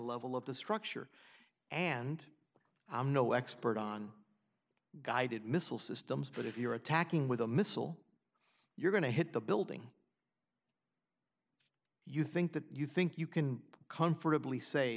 level of the structure and i'm no expert on guided missile systems but if you're attacking with a missile you're going to hit the building you think that you think you can comfortably say